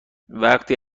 وقتی